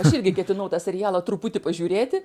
aš irgi ketinau tą serialą truputį pažiūrėti